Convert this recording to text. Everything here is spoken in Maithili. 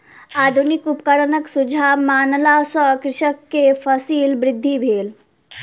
आधुनिक उपकरणक सुझाव मानला सॅ कृषक के फसील वृद्धि भेल